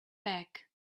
back